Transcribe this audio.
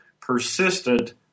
persistent